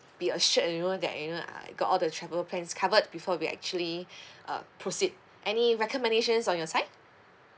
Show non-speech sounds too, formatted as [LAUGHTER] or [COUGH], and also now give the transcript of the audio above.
be assured you know that you know uh I got all the travel plans covered before we actually [BREATH] uh proceed any recommendations on your side